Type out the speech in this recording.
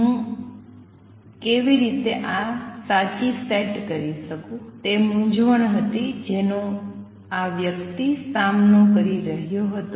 હું કેવી રીતે સાચી સેટ કરી શકું તે મૂંઝવણ હતી જેનો આ વ્યક્તિ સામનો કરી રહ્યો હતો